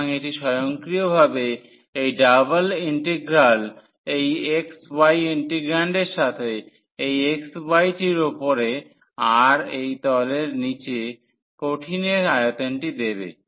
সুতরাং এটি স্বয়ংক্রিয়ভাবে এই ডাবল ইন্টিগ্রাল এই xy ইন্টিগ্রান্ডের সাথে এই xy টির উপরে আর এই তলের নীচে কঠিনের আয়তনটি দেবে